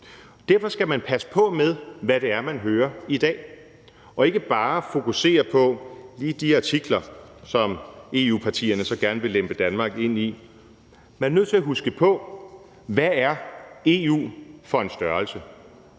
Derfor skal man passe på med, hvad det er, man hører i dag, og ikke bare fokusere på lige de artikler, som EU-partierne så gerne vil lempe Danmark ind i. Men man er nødt til at huske på, hvad EU er for en størrelse.